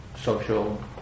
social